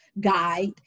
guide